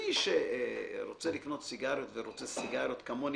מי שרוצה לקנות סיגריות ורוצה סיגריות כמוני,